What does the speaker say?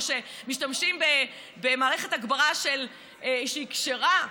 או כשמשתמשים במערכת הגברה שהיא כשרה,